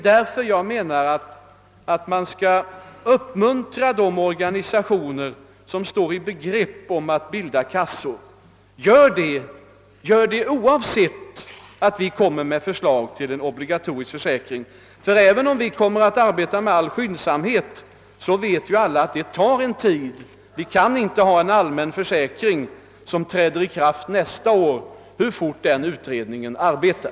Därför menar jag att man skall uppmuntra de organisationer, som står i begrepp att bilda kassor, att göra det oavsett att vi kommer med ett förslag till en obligatorisk försäkring. Även om vi kom mer att arbeta med all skyndsamhet, så vet alla att det tar sin tid. Vi kan inte få en allmän försäkring som träder i kraft nästa år, hur fort utredningen än arbetar.